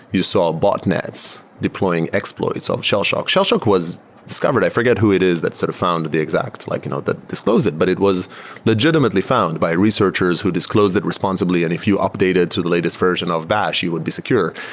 you saw botnets deploying exploits of um shellshock. shellshock was discovered. i forget who it is that sort of found the the exact like you know that disclose it. but it was legitimately found by researchers who disclose it responsibly, and if you updated to the latest version of bash, you would be secure.